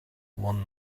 one